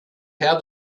how